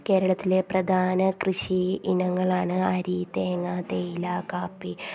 കേരളത്തിലെ പ്രധാന കൃഷി ഇനങ്ങളാണ് അരി തേങ്ങ തേയില കാപ്പി